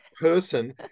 person